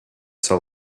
sell